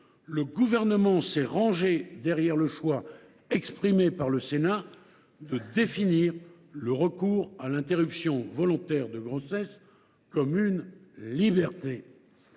le Gouvernement s’est rangé derrière le choix, opéré par le Sénat, de définir le recours à l’interruption volontaire de grossesse comme une liberté.